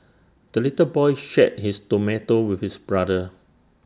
the little boy shared his tomato with his brother